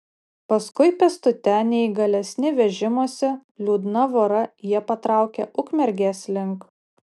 paskui pėstute neįgalesni vežimuose liūdna vora jie patraukė ukmergės link